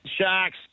Sharks